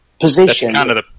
position